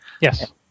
Yes